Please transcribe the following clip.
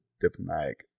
diplomatic